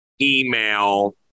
email